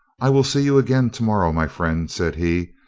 i will see you again to-morrow, my friend, said he,